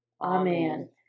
Amen